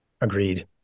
Agreed